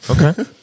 Okay